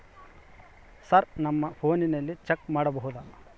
Sir ನಮ್ಮ ಫೋನಿನಲ್ಲಿ check ಮಾಡಬಹುದಾ?